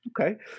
Okay